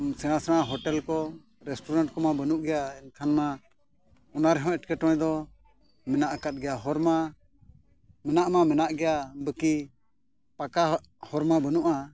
ᱥᱮᱬᱟᱼᱥᱮᱬᱟ ᱠᱚ ᱠᱚᱢᱟ ᱵᱟᱹᱱᱩᱜ ᱜᱮᱭᱟ ᱮᱱᱠᱷᱟᱱ ᱢᱟ ᱚᱱᱟ ᱨᱮᱦᱚᱸ ᱮᱴᱠᱮᱴᱚᱬᱮ ᱫᱚ ᱢᱮᱱᱟᱜ ᱟᱠᱟᱫ ᱜᱮᱭᱟ ᱦᱚᱨ ᱢᱟ ᱢᱮᱱᱟᱜ ᱢᱟ ᱢᱮᱱᱟᱜ ᱜᱮᱭᱟ ᱵᱟᱹᱠᱤ ᱯᱟᱠᱟ ᱦᱚᱨ ᱢᱟ ᱵᱟᱹᱱᱩᱜᱼᱟ